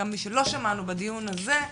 גם מי שלא שמענו בדיון הזה,